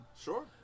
sure